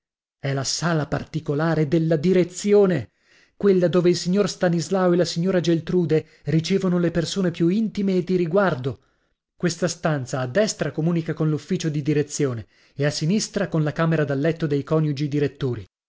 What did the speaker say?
è la sala particolare della direzione quella dove il signor stanislao e la signora geltrude ricevono le persone più intime e di riguardo questa stanza a destra comunica con l'ufficio di direzione e a sinistra con la camera da letto dei coniugi direttori